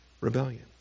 rebellion